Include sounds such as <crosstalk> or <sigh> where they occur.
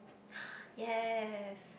<noise> yes